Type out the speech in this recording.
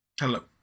Hello